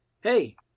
Hey